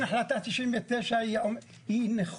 ועל כן החלטה 99' היא נכונה.